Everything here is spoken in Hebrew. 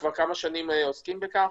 כבר כמה שנים עוסקים בכך.